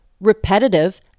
repetitive